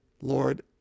Lord